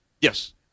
Yes